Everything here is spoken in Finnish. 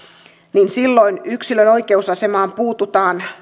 niin silloin yksilön oikeusasemaan puututaan